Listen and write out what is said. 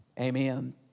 amen